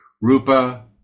rupa